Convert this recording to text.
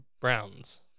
browns